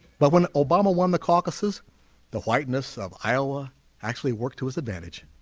but when obama won the caucuses the whiteness of iowa actually worked to his advantage